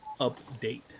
update